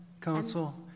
Council